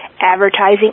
advertising